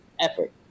effort